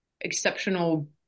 exceptional